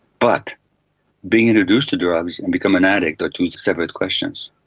but being introduced to drugs and becoming an addict are two separate questions.